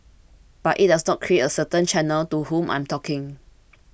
but it does create a certain channel to whom I'm talking